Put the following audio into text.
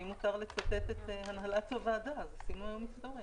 אם מותר לצטט את הנהלת הוועדה אז עשינו היום היסטוריה.